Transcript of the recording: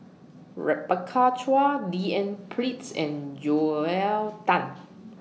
Rebecca Chua D N Pritt's and Joel Tan